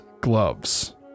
gloves